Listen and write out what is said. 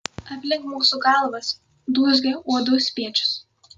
aplink mūsų galvas dūzgia uodų spiečius